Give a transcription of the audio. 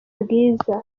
bwiza